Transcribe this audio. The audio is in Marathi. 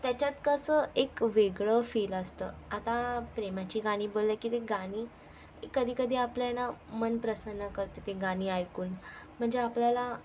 त्याच्यात कसं एक वेगळं फील असतं आता प्रेमाची गाणी बोललं की गाणी कधी कधी आपल्याला मन प्रसन्न करतं ती गाणी ऐकून म्हणजे आपल्याला